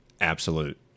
absolute